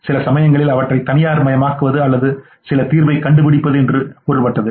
சில சமயங்களில் அவற்றை தனியார்மயமாக்குவது அல்லது சில தீர்வைக் கண்டுபிடிப்பது என்று பொருள்